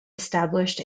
established